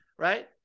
right